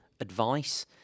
advice